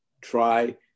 try